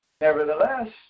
Nevertheless